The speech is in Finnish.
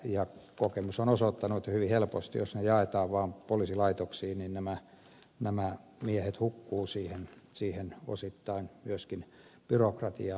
ja kokemus on osoittanut jo hyvin helposti että jos ne jaetaan vaan poliisilaitoksiin niin nämä miehet hukkuvat osittain myöskin byrokratiaan